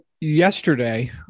yesterday